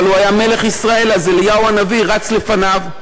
אבל הוא היה מלך ישראל, אליהו הנביא רץ לפניו.